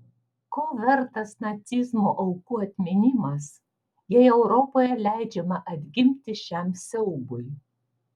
ko vertas nacizmo aukų atminimas jei europoje leidžiama atgimti šiam siaubui